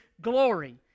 glory